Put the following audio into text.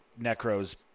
Necro's